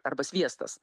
arba sviestas